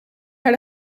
naar